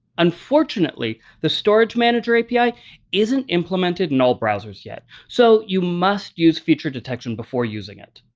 unfortunately, the storage manager api isn't implemented in all browsers yet. so you must use feature detection before using it.